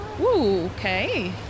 Okay